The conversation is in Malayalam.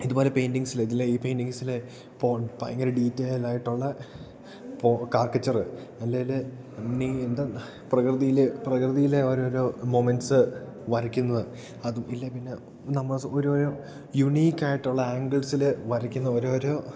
ഇതുപോലെ പെയിൻറ്ററിങ്സില് ഇതിലെ ഈ പെയിറ്ററിങ്സിലെ ഇപ്പോൾ ഭയങ്കര ഡീറ്റെയ്ൽ ആയിട്ടൊള്ള ഇപ്പോൾ കാർക്കച്ചറ് അല്ലെങ്കിൽ എന്താ പ്രകൃതിയിലെ പ്രകൃതിയിലെ ഓരോരോ മൊമെൻസ് വരയ്ക്കുന്നത് അതും ഇല്ല പിന്നെ നമ്മൾ ഓരോരോ യുണീക്ക് ആയിട്ടുള്ള ആംഗിൾസില് വരയ്ക്കുന്ന ഓരോരോ